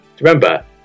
Remember